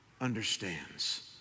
understands